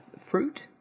fruit